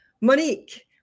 Monique